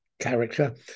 character